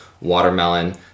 Watermelon